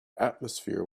atmosphere